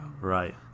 right